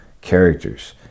characters